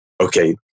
okay